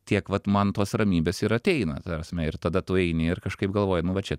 tiek vat man tos ramybės ir ateina ta prasme ir tada tu eini ir kažkaip galvoji nu va čia